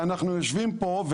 ואנחנו יושבים פה,